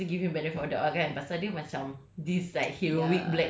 like get go I was trying to obviously give him the benefit of the doubt lah kan pasal dia macam